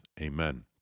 Amen